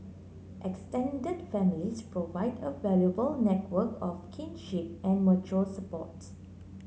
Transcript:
extended families provide a valuable network of kinship and mutual support